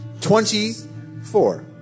Twenty-four